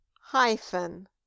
hyphen